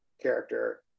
character